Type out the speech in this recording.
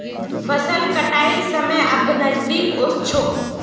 फसल कटाइर समय अब नजदीक ओस छोक